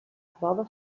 prova